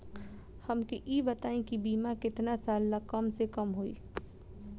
हमके ई बताई कि बीमा केतना साल ला कम से कम होई?